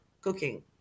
cooking